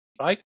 right